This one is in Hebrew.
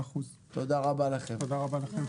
תודה רבה לכם,